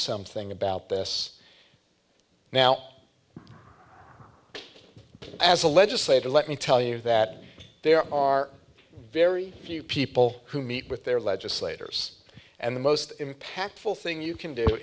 something about this now as a legislator let me tell you that there are very few people who meet with their legislators and the most impactful thing you can do